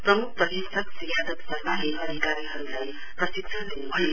प्रम्ख प्रशिक्षक श्री यादव शर्माले अधिकारीहरूलाई प्रशिक्षण दिन्भयो